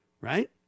Right